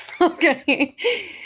okay